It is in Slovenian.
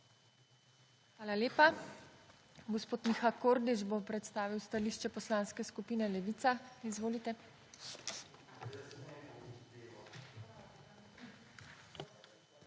Hvala lepa. Gospod Miha Kordiš bo predstavila stališče Poslanske skupine Levica. Izvolite.